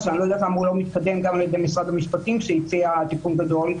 שאני לא יודעת למה הוא לא מתקדם על ידי משרד המשפטים שהציע תיקון גדול,